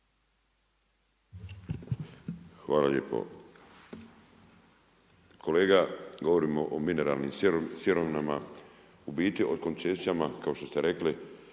Hvala lijepo. Kolega govorimo o mineralnim sirovinama u biti o koncesijama kao što ste rekli